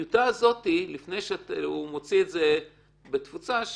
לפני שהוא מוציא את הטיוטה הזאת בתפוצה,